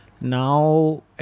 Now